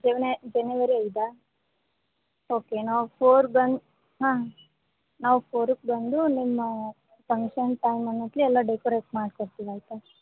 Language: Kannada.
ಜನವರಿ ಐದಾ ಓಕೆ ನಾವು ಫೋರ್ ಬಂದು ಹಾಂ ನಾವು ಫೋರುಕ್ಕೆ ಬಂದು ನಿಮ್ಮ ಫಂಕ್ಷನ್ ಟೈಮನ್ನ ಮೋಸ್ಟ್ಲಿ ಎಲ್ಲ ಡೆಕೋರೇಟ್ ಮಾಡಿ ಕೊಡ್ತೀವಿ ಆಯಿತಾ